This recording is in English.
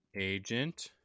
Agent